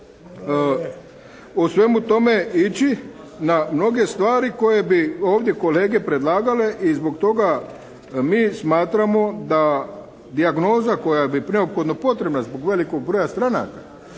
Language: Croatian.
o svemu tome ići na mnoge stvari koje bi ovdje kolege predlagale i zbog toga mi smatramo da dijagnoza koja bi neophodno potrebna zbog velikog broja stranaka